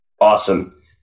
Awesome